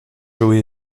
joe